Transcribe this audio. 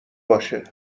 باشه